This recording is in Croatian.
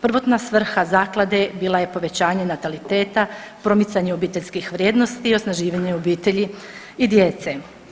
Prvotna svrha zaklade bila je povećanje nataliteta, promicanje obiteljskih vrijednosti i osnaživanje obitelji i djece.